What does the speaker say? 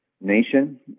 nation